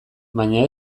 baina